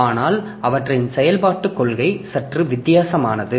ஆனால் அவற்றின் செயல்பாட்டுக் கொள்கை சற்று வித்தியாசமானது